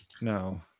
no